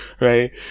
Right